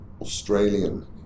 Australian